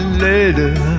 later